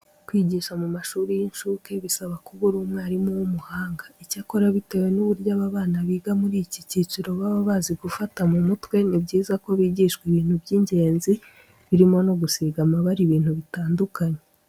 Kwigisha mu mashuri y'incuke bisaba kuba uri umwarimu w'umuhanga. Icyakora bitewe n'uburyo aba bana biga muri iki cyiciro baba bazi gufata mu mutwe, ni byiza ko bigishwa ibintu by'ingenzi birimo no gusiga amabara ibintu bitandukanye.